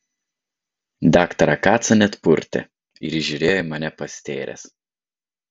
daktarą kacą net purtė ir jis žiūrėjo į mane pastėręs